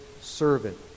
servant